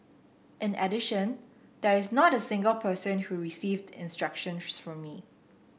in addition there is not a single person who received instructions from me